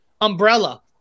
umbrella